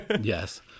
Yes